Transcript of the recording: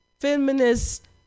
feminist